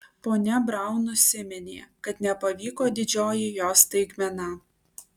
ponia braun nusiminė kad nepavyko didžioji jos staigmena